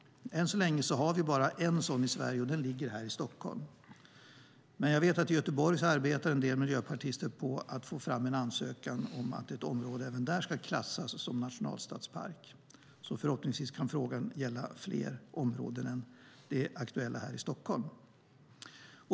Än så länge har vi bara en sådan i Sverige, och den ligger här i Stockholm. Men jag vet att en del miljöpartister i Göteborg arbetar på att få fram en ansökan om att ett område även där ska klassas som nationalstadspark, så förhoppningsvis kan frågan gälla fler områden än det aktuella här i Stockholm.